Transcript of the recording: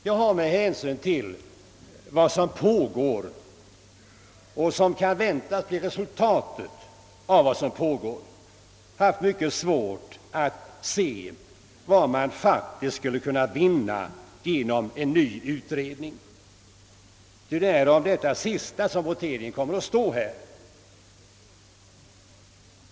Jag har med hänsyn till vad som pågår och som kan väntas bli resultatet därav haft mycket svårt att se vad man faktiskt skulle kunna vinna genom en ny utredning, ty det är om detta sista som voteringen kommer att stå.